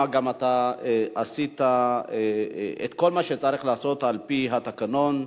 אתה גם עשית את כל מה שצריך לעשות על-פי התקנון,